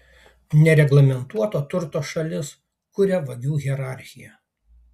nereglamentuoto turto šalis kuria vagių hierarchiją